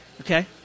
Okay